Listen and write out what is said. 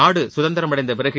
நாடு சுதந்திரமடைந்த பிறகு